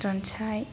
रनसाय